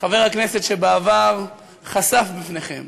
חבר הכנסת שבעבר חשף בפניכם